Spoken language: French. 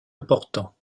important